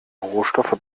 rohstoffe